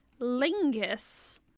lingus